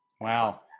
Wow